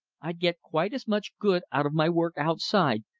i'd get quite as much good out of my work outside,